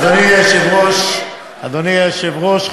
אדוני היושב-ראש,